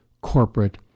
corporate